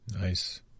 Nice